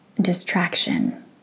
distraction